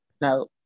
no